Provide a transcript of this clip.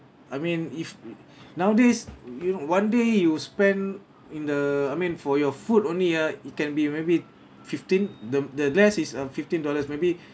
I mean if nowadays you know one day you spend in the I mean for your food only ah it can be maybe fifteen the the less is uh fifteen dollars maybe